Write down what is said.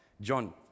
John